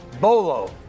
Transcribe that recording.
Bolo